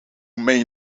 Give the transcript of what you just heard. main